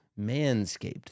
Manscaped